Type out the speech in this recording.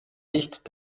nicht